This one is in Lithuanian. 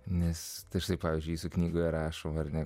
nes štai pavyzdžiui knygoje rašo ar ne